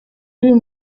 uyu